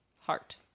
heart